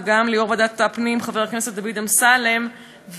וגם ליושב-ראש ועדת הפנים חבר הכנסת דוד אמסלם וליושב-ראש